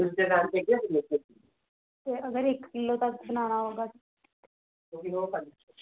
तुस अगर इक किल्लो दा बनाना होगा